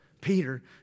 Peter